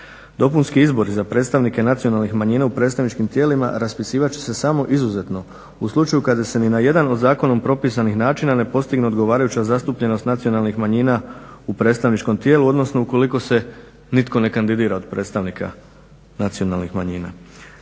Dopunski izbori za predstavnike nacionalnih manjina u predstavničkim tijelima raspisivat će se samo izuzetno u slučaju kada se ni na jedan od zakonom propisanih načina ne postigne odgovarajuća zastupljenost nacionalnih manjina u predstavničkom tijelu, odnosno ukoliko se nitko ne kandidira od predstavnika nacionalnih manjina.